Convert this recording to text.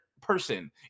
person